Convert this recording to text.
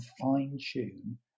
fine-tune